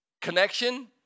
connection